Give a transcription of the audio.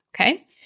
Okay